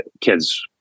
kids